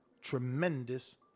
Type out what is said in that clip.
tremendous